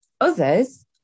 Others